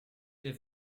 der